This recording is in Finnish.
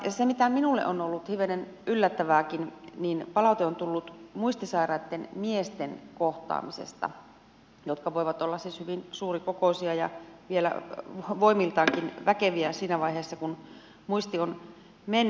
ja se mikä minulle on ollut hivenen yllättävääkin on että palaute on tullut muistisairaitten miesten kohtaamisesta miesten jotka voivat olla siis hyvin suurikokoisia ja vielä voimiltaankin väkeviä siinä vaiheessa kun muisti on mennyt